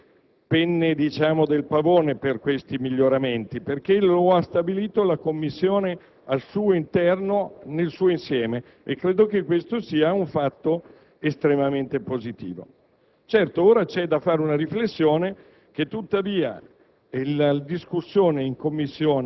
Credo sia assolutamente ingiusto e non corretto attribuirsi diverse penne del pavone per questi miglioramenti, perché lo ha stabilito la Commissione al suo interno, nel suo insieme, e credo sia un fatto estremamente positivo.